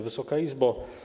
Wysoka Izbo!